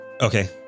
Okay